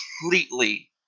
completely